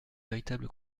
véritable